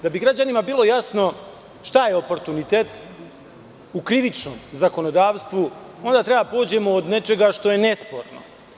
Da bi građanima bilo jasno šta je oportunitet u krivičnom zakonodavstvu, onda treba da pođemo od nečega što je nesporno.